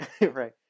right